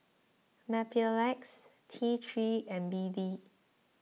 Mepilex T three and B D